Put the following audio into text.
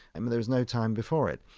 i mean, there's no time before it.